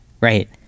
right